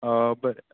बरें